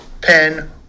pen